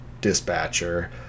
dispatcher